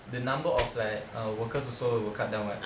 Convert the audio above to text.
the numbers of like uh workers also will cut down [what]